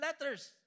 letters